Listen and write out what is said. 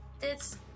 It's-